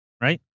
right